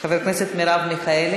חברת הכנסת מרב מיכאלי,